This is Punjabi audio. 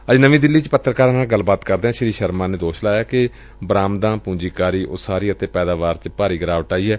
ਅੱਜ ਨਵੀਂ ਦਿੱਲੀ ਚ ਪੱਤਰਕਾਰਾਂ ਨਾਲ ਗੱਲਬਾਤ ਕਰਦਿਆਂ ਸ੍ਰੀ ਸ਼ਰਮਾ ਨੇ ਦੋਸ਼ ਲਾਇਆ ਕਿ ਬਰਾਮਦਾਂ ਪੂੰਜੀਕਾਰੀ ਉਸਾਰੀ ਅਤੇ ਪੈਦਾਵਾਰ ਚ ਭਾਰੀ ਗਿਰਾਵਟ ਆਈ ਏ